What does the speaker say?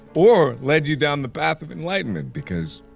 or led you down the path of enlightenment. because.